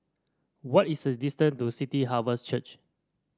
what is the distant to City Harvest Church